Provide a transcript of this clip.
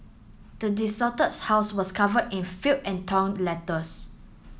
the desolated house was cover in filth and torn letters